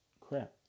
Crap